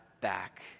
back